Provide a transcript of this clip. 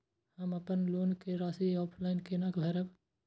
हम अपन लोन के राशि ऑफलाइन केना भरब?